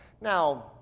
Now